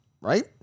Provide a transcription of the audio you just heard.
right